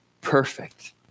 perfect